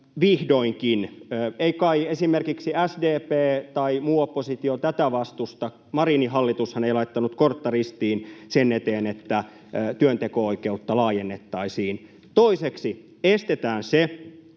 Vihdoinkin. Ei kai esimerkiksi SDP tai muu oppositio tätä vastusta. Marinin hallitushan ei laittanut kortta ristiin sen eteen, että työnteko-oikeutta laajennettaisiin. Toiseksi estetään se,